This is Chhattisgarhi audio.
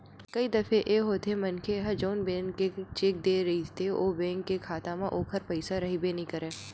कई दफे ए होथे मनखे ह जउन बेंक के चेक देय रहिथे ओ बेंक के खाता म ओखर पइसा रहिबे नइ करय